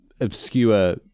obscure